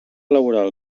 laboral